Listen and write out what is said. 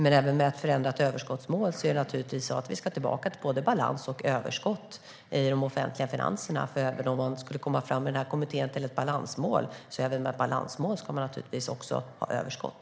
Men även med ett förändrat överskottsmål ska vi naturligtvis tillbaka till både balans och överskott i de offentliga finanserna. Även om denna kommitté skulle komma fram till ett balansmål ska man naturligtvis även med ett balansmål ha överskott.